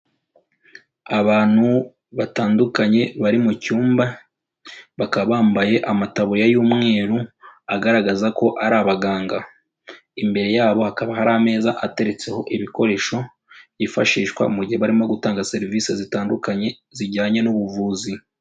Abantu batandukanye bari mu cyumba, bakaba bambaye amataburiya y'umweru agaragaza ko ari abaganga, imbere yabo hakaba hari ameza ateretseho ibikoresho byifashishwa mu gihe barimo gutanga serivisi zitandukanye zijyanye n'ubuvuzi.